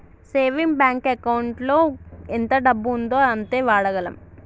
saving bank ఎకౌంటులో ఎంత డబ్బు ఉందో అంతే వాడగలం